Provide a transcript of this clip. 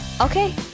Okay